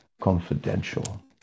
confidential